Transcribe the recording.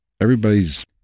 everybody's